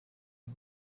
rwe